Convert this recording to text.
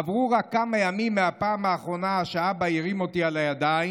עברו רק כמה ימים מהפעם האחרונה שאבא הרים אותי על הידיים,